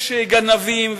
יש גנבים,